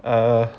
uh